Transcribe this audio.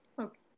Okay